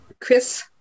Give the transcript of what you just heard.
Chris